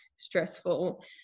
stressful